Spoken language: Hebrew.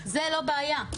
זה לא בעיה.